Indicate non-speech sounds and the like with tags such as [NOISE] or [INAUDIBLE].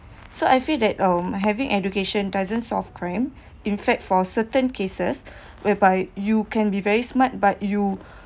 so I feel that um having education doesn't solve crime [BREATH] in fact for certain cases [BREATH] whereby you can be very smart but you